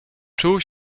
czuł